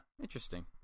interesting